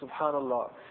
Subhanallah